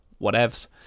whatevs